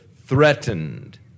threatened